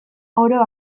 oro